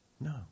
No